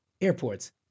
airports